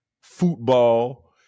Football